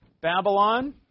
Babylon